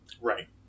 Right